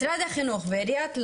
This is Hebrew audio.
משרד החינוך ועיריית לוד,